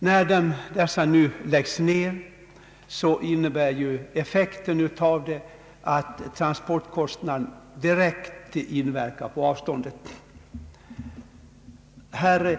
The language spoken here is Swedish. När dessa flottleder läggs ned blir effekten att avståndet direkt inverkar på transportkostnaderna.